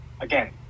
again